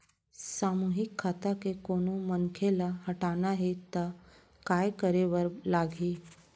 सामूहिक खाता के कोनो मनखे ला हटाना हे ता काय करे बर लागही?